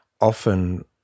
often